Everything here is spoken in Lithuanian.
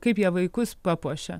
kaip jie vaikus papuošia